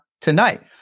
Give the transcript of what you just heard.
tonight